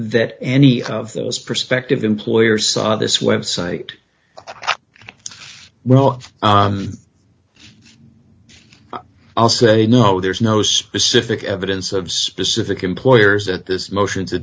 that any of those prospective employers saw this website well i'll say no there's no specific evidence of specific employers at this motion to